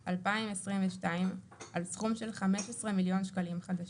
1/1/2022 על סכום של 15 מיליון שקלים חדשים,